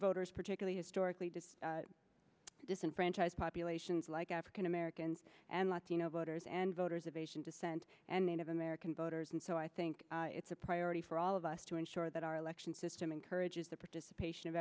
voters particularly historically to disenfranchise populations like african americans and latino voters and voters of asian descent and native american voters and so i think it's a priority for all of us to ensure that our election system encourages the participation of